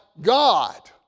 God